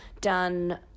done